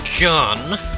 Gun